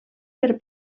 per